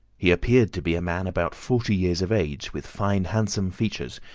he appeared to be a man about forty years of age, with fine, handsome features,